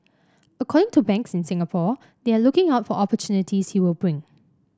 according to banks in Singapore they are looking out for opportunities he will bring